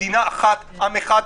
מדינה אחת ועם אחד,